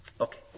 Okay